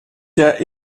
der